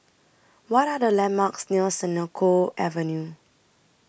What Are The landmarks near Senoko Avenue